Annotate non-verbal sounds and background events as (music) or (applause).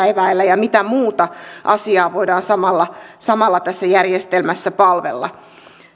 (unintelligible) eväillä ja mitä muuta asiaa voidaan samalla samalla tässä järjestelmässä palvella